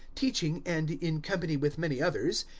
teaching and, in company with many others,